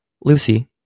Lucy